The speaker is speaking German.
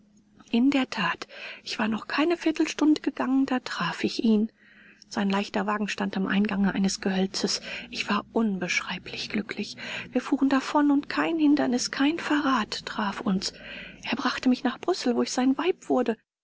in der that ich war noch keine viertelstunde gegangen da traf ich ihn sein leichter wagen stand am eingange eines gehölzes ich war unbeschreiblich glücklich wir fuhren davon und kein hindernis kein verrat traf uns er brachte mich nach brüssel wo ich sein weib wurde